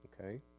Okay